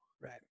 Right